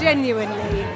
Genuinely